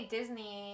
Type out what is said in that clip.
Disney